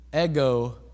ego